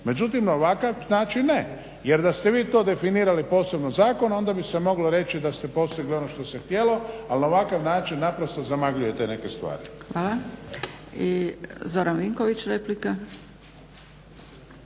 Međutim, na ovakav način ne. Jer da ste vi to definirali posebno zakonom onda bi se moglo reći da ste postiglo ono što se htjelo, ali na ovakav način naprosto zamagljujete neke stvari. **Zgrebec, Dragica